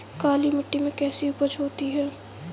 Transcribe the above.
काली मिट्टी में कैसी उपज होती है?